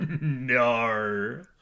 no